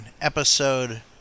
episode